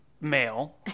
male